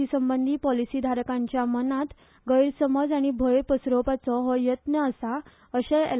सी संबंधी पॉलिसीधारकांच्या मनात गैरसमज आनी भय पसरोवपाचो हो यत्न आसा अशेय एल